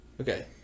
Okay